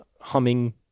humming